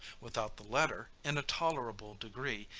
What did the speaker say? without the latter in a tolerable degree,